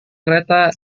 kereta